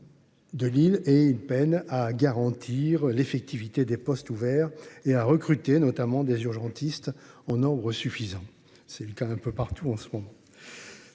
De Lille et une peine à garantir l'effectivité des postes ouverts et à recruter notamment des urgentistes en nombre suffisant. C'est le cas un peu partout en ce moment.